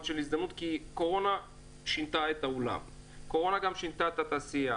של הזדמנות כי הקורונה שינתה את העולם ואת התעשייה.